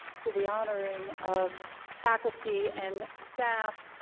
to the honoring of faculty and staff,